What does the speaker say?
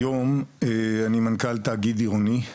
היום אני מנכ"ל תאגיד עירוני,